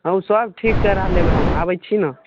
हम सब ठीक करा लेब हम आबै छी ने